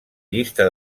llista